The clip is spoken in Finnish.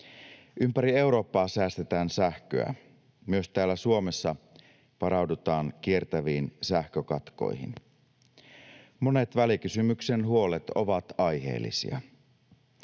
Ympäri Eurooppaa säästetään sähköä. Myös täällä Suomessa varaudutaan kiertäviin sähkökatkoihin. Monet välikysymyksen huolet ovat aiheellisia.